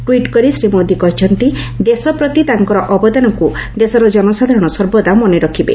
ଟିଟ୍କରି ଶ୍ରୀ ମୋଦି କହିଛନ୍ତି ଦେଶ ପ୍ରତି ତାଙ୍କର ଅବଦାନକୁ ଦେଶର ଜନସାଧାରଣ ସର୍ବଦା ମନେରଖିବେ